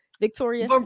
Victoria